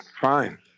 Fine